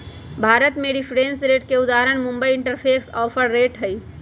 भारत में reference rate के उदाहरण मुंबई इंटरबैंक ऑफर रेट हइ